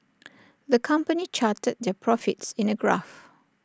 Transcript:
the company charted their profits in A graph